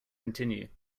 continue